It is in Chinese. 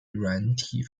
软体